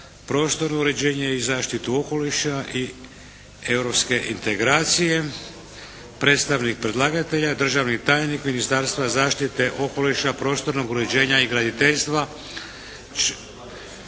prostorno uređenje i zaštitu okoliša i europske integracije. Predstavnik predlagatelja državni tajnik Ministarstva zaštite okoliša, prostornog uređenja i graditeljstva